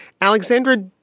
Alexandra